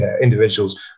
individuals